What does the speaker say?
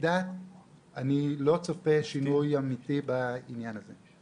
דת אני לא צופה שינוי אמיתי בעניין הזה.